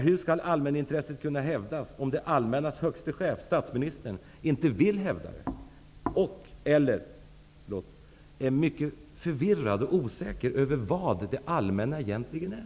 Hur skall allmänintresset kunna hävdas om det allmännas högsta chef, statsministern, inte vill hävda det och/eller är mycket förvirrad och osäker över vad det allmänna egentligen är?